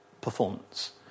performance